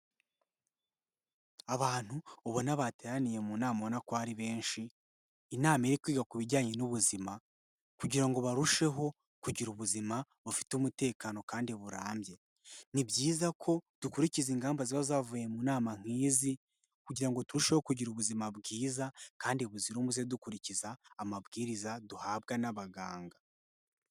Abantu ubona bateraniye mu nama ubona ko ari benshi, inama iri kwiga ku bijyanye n'ubuzima kugira ngo barusheho kugira ubuzima bufite umutekano kandi burambye. Ni byiza ko dukurikiza ingamba ziba zavuye mu nama nk'izi kugira ngo turusheho kugira ubuzima bwiza kandi buzira umuze, dukurikiza amabwiriza duhabwa n'abaganga.